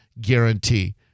guarantee